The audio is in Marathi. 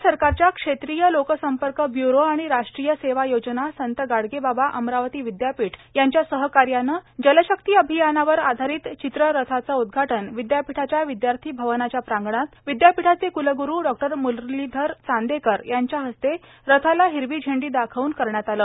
भारत सरकारच्या क्षेत्रीय लोक संपर्क ब्यूरो आणि राष्ट्रीय सेवा योजना संत गाडगे बाबा अमरावती विदयापीठ यांच्या सहकार्यानं जलशक्ती अभियानावर आधारित चित्ररथाचं उदघाट्न विद्यापीठाच्या विद्यार्थी भवनाच्या प्रांगणात विद्यापीठाचे कुलगुरु डों मुरलीधर चांदेकर यांच्या हस्ते रथाला हिरवी झेंडी दाखवून रवाना करण्यात आलं